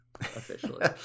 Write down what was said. officially